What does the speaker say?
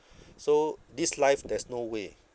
so this life there's no way